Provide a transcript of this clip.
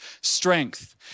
strength